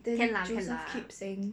then joseph keep saying